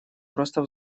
просто